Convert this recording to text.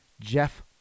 jeff